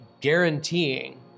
guaranteeing